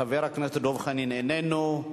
חבר הכנסת דב חנין, איננו,